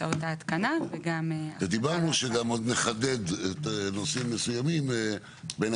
וגם אמרנו שעוד נחדד נושאים מסוימים בדיונים